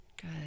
good